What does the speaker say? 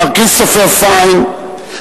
מר כריסטופר פיין,